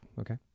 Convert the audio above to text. okay